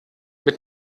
mit